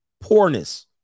poorness